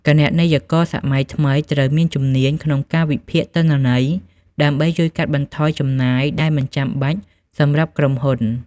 គណនេយ្យករសម័យថ្មីត្រូវមានជំនាញក្នុងការវិភាគទិន្នន័យ ដើម្បីជួយកាត់បន្ថយចំណាយដែលមិនចាំបាច់សម្រាប់ក្រុមហ៊ុន។